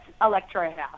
electro-house